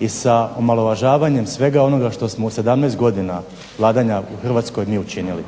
i sa omalovažavanjem svega onoga što smo u 17 godina vladanja u Hrvatskoj mi učinili.